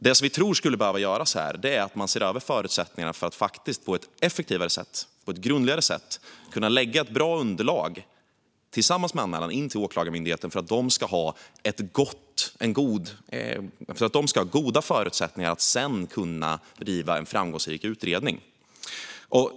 Det som vi tror skulle behöva göras är att man ser över förutsättningarna för att faktiskt på ett effektivare och grundligare sätt kunna lägga fram ett bra underlag tillsammans med anmälan till Åklagarmyndigheten för att de ska ha goda förutsättningar att sedan kunna bedriva en framgångsrik utredning.